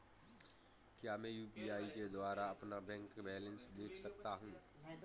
क्या मैं यू.पी.आई के द्वारा अपना बैंक बैलेंस देख सकता हूँ?